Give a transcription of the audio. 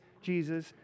Jesus